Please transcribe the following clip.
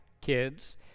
kids